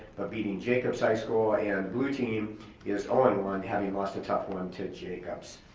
but beating jacobs high school ah and blue team is owing one having lost a tough one to jacobs.